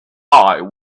eye